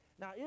Now